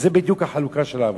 זאת בדיוק החלוקה של העבודה.